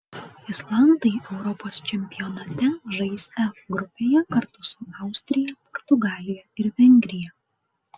islandai europos čempionate žais f grupėje kartu su austrija portugalija ir vengrija